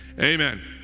Amen